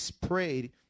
prayed